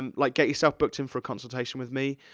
um like, get yourself booked in for a consultation with me.